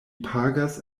pagas